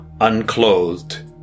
unclothed